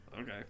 Okay